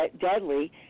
deadly